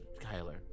Kyler